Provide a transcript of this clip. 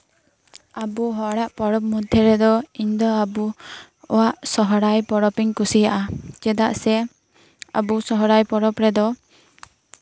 ᱟᱵᱚ ᱦᱚᱲᱟᱜ ᱯᱚᱨᱚᱵᱽ ᱢᱚᱫᱽ ᱨᱮᱫᱚ ᱤᱧ ᱫᱚ ᱟᱵᱚᱣᱟᱜ ᱥᱚᱦᱚᱨᱟᱭ ᱯᱚᱨᱚᱵᱽ ᱤᱧ ᱠᱩᱥᱤᱭᱟᱜᱼᱟ ᱪᱮᱫᱟᱜ ᱥᱮ ᱟᱵᱚ ᱥᱚᱨᱦᱟᱭ ᱯᱚᱨᱚᱵ ᱨᱮᱫᱚ